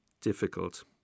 difficult